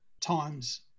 times